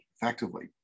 effectively